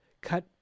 Cut